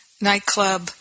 nightclub